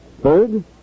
Third